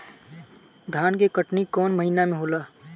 धान के कटनी कौन महीना में होला?